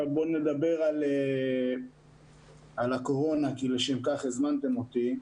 עכשיו בוא נדבר על הקורונה כי לשם כך הזמנתם אותי.